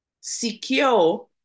secure